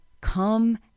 come